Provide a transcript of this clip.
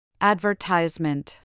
Advertisement